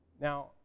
Now